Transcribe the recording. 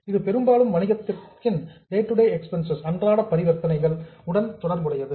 இது பெரும்பாலும் வணிகத்தின் டேடுடே டிரன்சாக்சன்ஸ் அன்றாட பரிவர்த்தனைகள் உடன் தொடர்புடையது